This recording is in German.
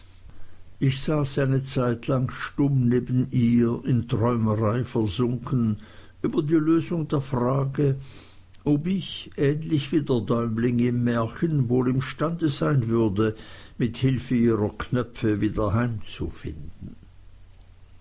ich saß eine zeitlang stumm neben ihr in träumerei versunken über die lösung der frage ob ich ähnlich wie der däumling im märchen wohl imstande sein würde mit hilfe ihrer knöpfe wieder